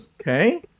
okay